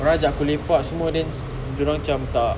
orang ajak aku lepak semua then dorang macam tak